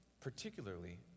particularly